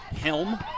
helm